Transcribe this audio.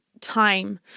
time